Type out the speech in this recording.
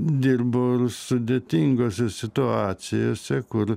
dirbau ir sudėtingose situacijose kur